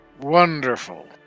Wonderful